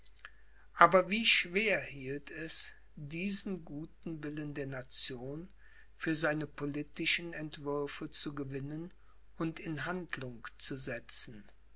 aber wie schwer hielt es diesen guten willen der nation für seine poetischen entwürfe zu gewinnen und in handlung zu setzen